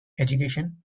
education